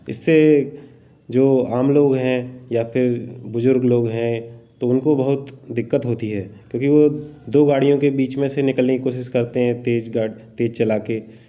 इससे जो आम लोग हैं या फिर बुजुर्ग लोग हैं तो उनको बहुत दिक्कत होती है क्योंकि वह दो गाड़ियों के बीच में से निकलने की कोशिश करते हैं तेज़ गा तेज़ चला कर